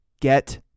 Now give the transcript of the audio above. get